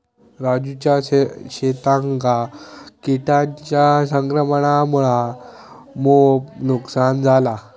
राजूच्या शेतांका किटांच्या संक्रमणामुळा मोप नुकसान झाला